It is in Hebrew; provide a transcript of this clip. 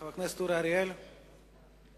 חבר הכנסת אורי אריאל, מוותר.